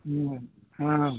ಹ್ಞೂ ಹಾಂ